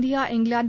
India England